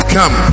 come